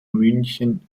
münchen